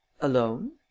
Alone